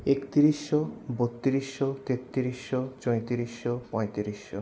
একত্রিশশো বত্রিশশো তেঁত্রিশশো চৌত্রিশশো পঁয়ত্রিশশো